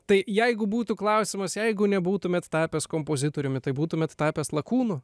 tai jeigu būtų klausimas jeigu nebūtumėt tapęs kompozitoriumi tai būtumėt tapęs lakūnu